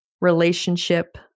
relationship